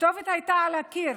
הכתובת הייתה על הקיר,